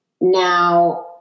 Now